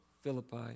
Philippi